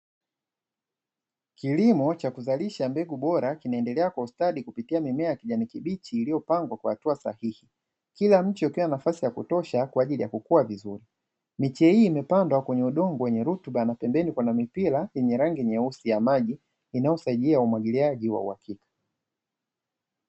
Kilimo cha kuzalisha mbegu bora kinaendelea kwa ustadi kupitia kijani kibichi iliyopangwa kwa hatua sahihi, kila miche ukiwa na nafasi ya kutosha kwa ajili ya kukua vizuri. Miche hii imepandwa kwenye udongo wenye rutuba na pembeni kuna mipira meusi ya maji inayosaidia umwagiliaji wa miche hiyo.